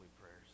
prayers